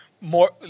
more